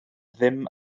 ddim